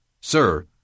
Sir